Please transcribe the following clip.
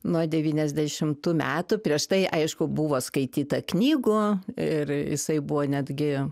nuo devyniasdešimtų metų prieš tai aišku buvo skaityta knygų ir jisai buvo netgi